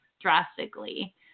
drastically